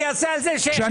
אני אעשה על זה שהחיינו.